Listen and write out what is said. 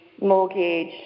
mortgage